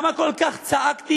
למה כל כך צעקתי,